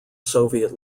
soviet